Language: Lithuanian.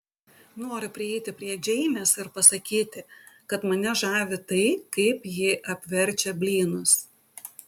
noriu prieiti prie džeinės ir pasakyti kad mane žavi tai kaip ji apverčia blynus